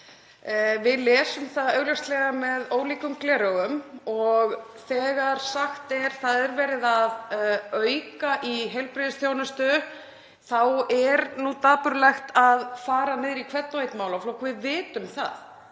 Við lesum það augljóslega með ólíkum gleraugum og þegar sagt er að verið sé að auka í heilbrigðisþjónustu þá er nú dapurlegt að fara niður í hvern og einn málaflokk. Við vitum það.